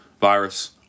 virus